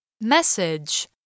Message